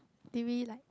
did we like